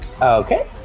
okay